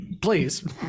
Please